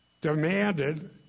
demanded